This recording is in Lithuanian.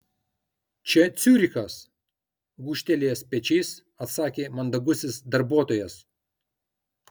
čia ciurichas gūžtelėjęs pečiais atsakė mandagusis darbuotojas